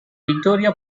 victoria